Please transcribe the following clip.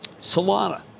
Solana